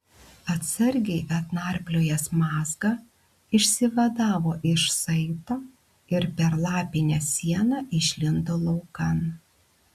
atsargiai atnarpliojęs mazgą išsivadavo iš saito ir per lapinę sieną išlindo laukan